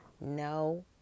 No